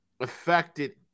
affected